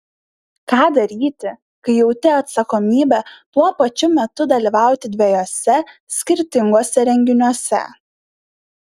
ką daryti kai jauti atsakomybę tuo pačiu metu dalyvauti dviejuose skirtinguose renginiuose